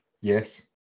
Yes